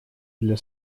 для